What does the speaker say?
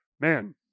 man